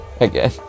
again